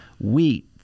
wheat